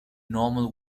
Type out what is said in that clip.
normal